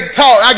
talk